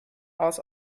aus